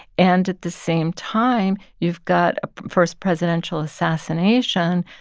and at the same time, you've got ah first presidential assassination.